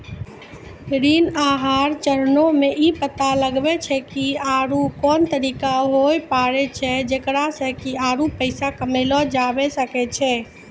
ऋण आहार चरणो मे इ पता लगाबै छै आरु कोन तरिका होय पाड़ै छै जेकरा से कि आरु पैसा कमयलो जाबै सकै छै